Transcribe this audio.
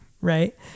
right